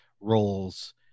roles